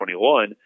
2021